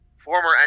Former